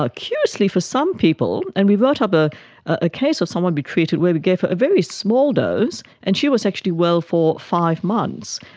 ah curiously for some people, and we wrote up ah a case of someone we treated where we gave a very small dose and she was actually well for five months,